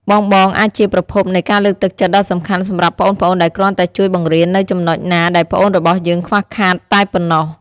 បងៗអាចជាប្រភពនៃការលើកទឹកចិត្តដ៏សំខាន់សម្រាប់ប្អូនៗដែលគ្រាន់តែជួយបង្រៀននូវចំណុចណាដែលប្អូនរបស់យើងខ្វះខាតតែប៉ុណ្ណោះ ។